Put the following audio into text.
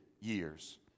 years